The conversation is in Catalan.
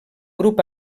grup